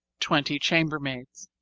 twenty chambermaids.